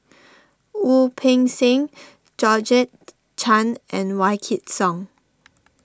Wu Peng Seng Georgette Chen and Wykidd Song